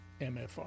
MFR